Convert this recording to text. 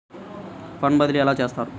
Fund బదిలీ ఎలా చేస్తారు?